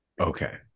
Okay